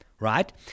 Right